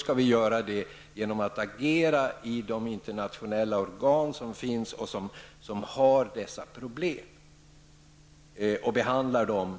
skall vi göra det genom att agera i de internationella organ som finns och som har hand om dessa problem och behandlar dem.